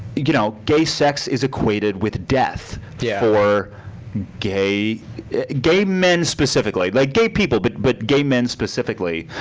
you know gay sex is equated with death yeah for gay gay men specifically. like gay people, but but gay men specifically